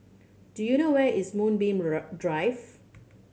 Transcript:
do you know where is Moonbeam Drive